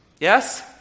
Yes